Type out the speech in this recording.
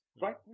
right